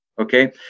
Okay